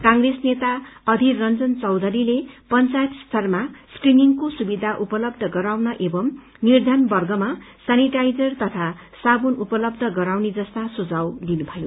कंग्रेस नेता अधीर रंजन चौधरीले पंचायत स्तरमा स्क्रीनिंगको सुविधा उपलब्ध गराउन एवं निर्धन वर्गमा सेनिटाइजर तथा साबुन उपलब्ध गराउन सुझाव दिनुमयो